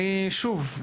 אני שוב,